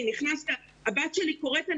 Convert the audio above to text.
הבת שלי קוראת,